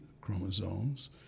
chromosomes